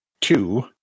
two